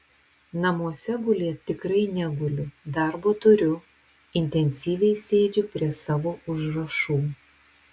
namuose gulėt tikrai neguliu darbo turiu intensyviai sėdžiu prie savo užrašų